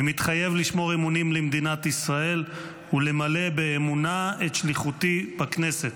אני מתחייב לשמור אמונים למדינת ישראל ולמלא באמונה את שליחותי בכנסת.